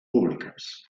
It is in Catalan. públiques